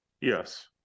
Yes